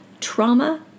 trauma